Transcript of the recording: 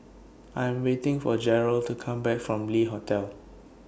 I Am waiting For Jered to Come Back from Le Hotel